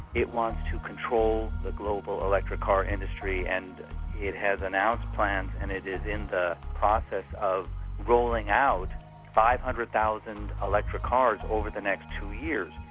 it wants to control the global electric car industry, and it has announced plans, and it is in the process of rolling out five hundred thousand electric cars over the next years.